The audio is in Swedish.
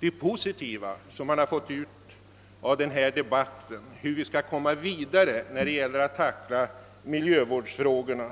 mycket positivt sett av denna debatt när det gäller spörsmålet hur vi i fortsättningen skall behandla miljövårdsfrågorna.